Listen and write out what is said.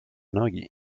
nogi